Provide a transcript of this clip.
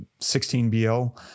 16BL